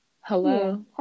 hello